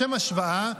לשם השוואה,